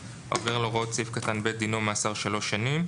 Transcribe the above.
"העובר על הוראות סעיף קטן (ב) דינו מאסר שלוש שנים".